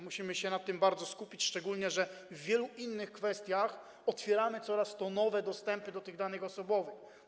Musimy się na tym bardzo skupić, szczególnie że w wielu innych sytuacjach otwieramy coraz to nowe dostępy do tych danych osobowych.